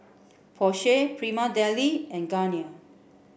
Porsche Prima Deli and Garnier